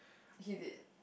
he did